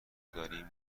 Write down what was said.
داریم